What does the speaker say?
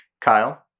Kyle